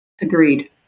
Agreed